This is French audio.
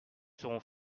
seront